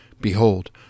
Behold